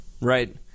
right